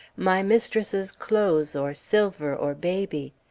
my mistress's clothes, or silver, or baby.